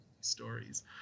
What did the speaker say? stories